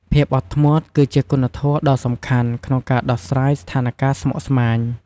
ភាពអត់ធ្មត់ គឺជាគុណធម៌ដ៏សំខាន់ក្នុងការដោះស្រាយស្ថានការណ៍ស្មុគស្មាញ។